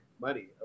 money